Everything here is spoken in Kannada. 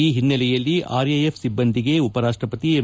ಈ ಹಿನ್ನೆಲೆಯಲ್ಲಿ ಆರ್ಎಎಫ್ ಸಿಬ್ಬಂದಿಗೆ ಉಪರಾಷ್ಟಪತಿ ಎಂ